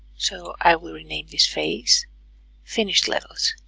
so i will rename this phase finished levels